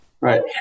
right